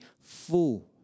full